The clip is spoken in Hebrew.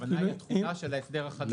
הכוונה היא לתכולה של ההסדר החדש.